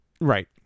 Right